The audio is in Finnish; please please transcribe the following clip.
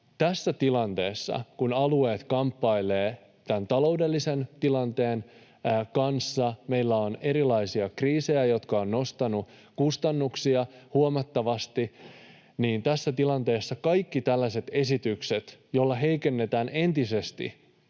tässä tilanteessa, jossa alueet kamppailevat tämän taloudellisen tilanteen kanssa ja meillä on erilaisia kriisejä, jotka ovat nostaneet kustannuksia huomattavasti, tehdään tällaisia esityksiä, joilla heikennetään entisestään